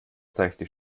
seichte